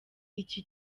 iki